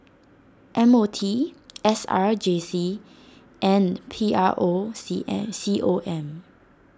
M O T S R J C and P R O C M C O M